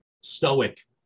stoic